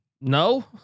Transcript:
No